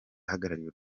ahagarariye